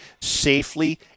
safely